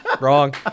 wrong